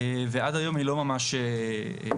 ועד היום היא לא ממש יושמה.